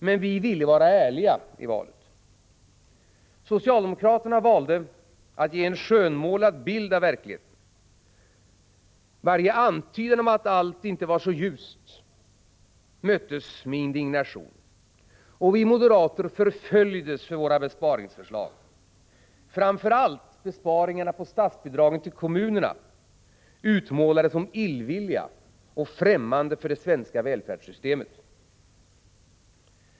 Men vi ville vara ärliga i valrörelsen. Socialdemokraterna valde att ge en skönmålad bild av verkligheten. Varje antydan om att allt inte var så ljust möttes med indignation. Vi moderater förföljdes för våra besparingsförslag. Framför allt utmålades våra besparingar på statsbidragen till kommunerna som illvilliga och ffrämmande för det svenska välfärdssystemet.